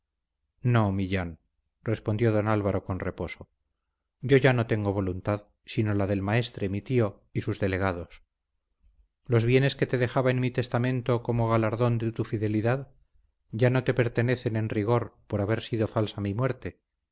no millán respondió don álvaro con reposo yo ya no tengo voluntad sino la del maestre mi tío y sus delegados los bienes que te dejaba en mi testamento como galardón de tu fidelidad ya no te pertenecen en rigor por haber salido falsa mi muerte